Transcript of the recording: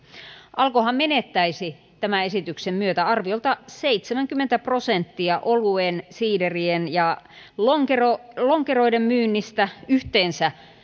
alkohan menettäisi tämän esityksen myötä arviolta seitsemänkymmentä prosenttia oluen siiderien ja lonkeroiden myynnistä yhteensä